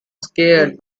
scared